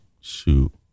Shoot